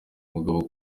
mugabo